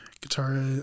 Guitar